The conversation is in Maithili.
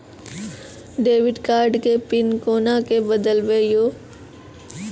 डेबिट कार्ड के पिन कोना के बदलबै यो?